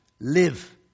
Live